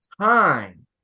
time